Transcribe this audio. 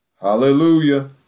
Hallelujah